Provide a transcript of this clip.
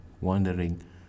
wondering